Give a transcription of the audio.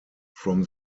from